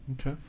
Okay